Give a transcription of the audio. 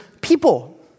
people